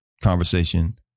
conversation